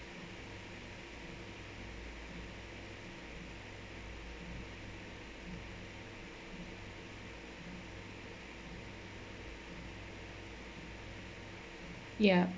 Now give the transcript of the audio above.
ya